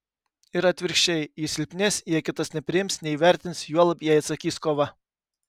ir atvirkščiai ji silpnės jei kitas nepriims neįvertins juolab jei atsakys kova